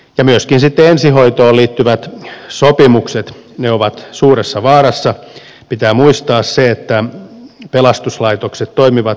me myöskin sitten ensihoitoon liittyvät sopimukset ne ovat suuressa vaarassa pitää muistaa syöttää pelastuslaitokset toimivat